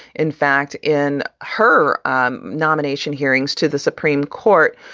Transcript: in fact, in her um nomination hearings to the supreme court,